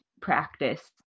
practice